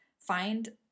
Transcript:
Find